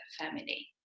family